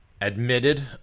admitted